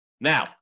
Now